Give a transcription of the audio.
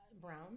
Brown